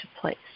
place